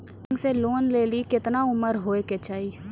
Bank से loan लेली केतना उम्र होय केचाही?